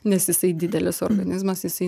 nes jisai didelis organizmas jisai